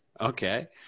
Okay